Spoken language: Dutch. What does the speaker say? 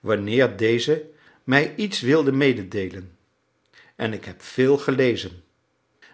wanneer deze mij iets wilden mededeelen en ik heb veel gelezen